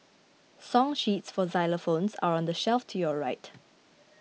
song sheets for xylophones are on the shelf to your right